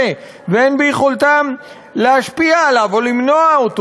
ואין ביכולתם להשפיע עליו או למנוע אותו.